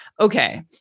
Okay